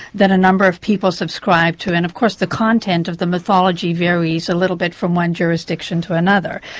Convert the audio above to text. that a number of people subscribe to, and of course the content of the mythology varies a little bit from one jurisdiction to another.